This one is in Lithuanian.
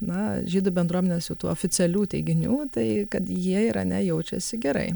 na žydų bendruomenės jau tų oficialių teiginių tai kad jie irane jaučiasi gerai